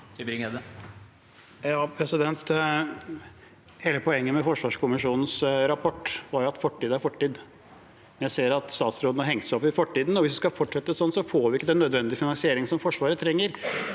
Hele poenget med forsvarskommisjonens rapport var jo at fortid er fortid. Jeg ser at statsråden har hengt seg opp i fortiden, og hvis vi skal fortsette slik, får vi ikke den nødvendige finansieringen som Forsvaret trenger.